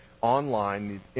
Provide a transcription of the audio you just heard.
online